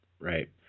Right